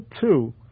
two